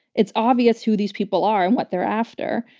it's obvious who these people are and what they're after.